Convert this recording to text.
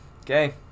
okay